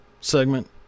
segment